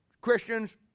Christians